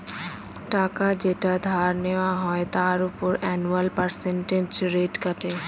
টাকা যেটা ধার নেওয়া হয় তার উপর অ্যানুয়াল পার্সেন্টেজ রেট কাটে